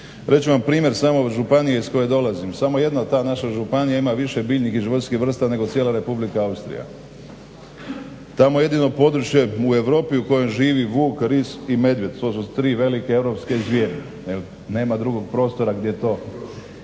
ću vam primjer samo županije iz koje dolazim. Samo jedna ta naša županija ima više biljnih i životinjskih vrsta nego cijela Republika Austrija. Tamo je jedino područje u Europi u kojoj živi vuk, ris i medvjede, to su tri velike europske zvijeri. Nema drugog prostora gdje to,